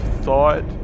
thought